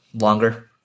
longer